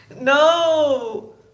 No